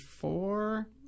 four